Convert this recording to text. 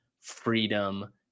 freedom